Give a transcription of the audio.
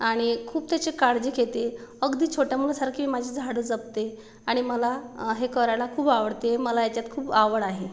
आणि खूप त्याची काळजी घेते अगदी छोट्या मुलासारखी मी माझी झाडं जपते आणि मला हे करायला खूप आवडते मला याच्यात खूप आवड आहे